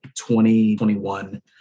2021